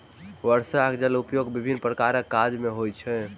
वर्षाक जलक उपयोग विभिन्न प्रकारक काज मे होइत छै